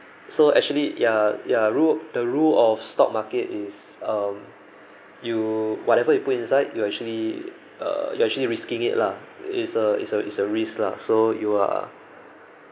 so actually ya ya rule the rule of stock market is um you whatever you put inside you actually err you're actually risking it lah it's a it's a it's a risk lah so you are